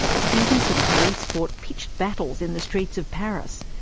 students and police fought pitched battles in the streets of paris,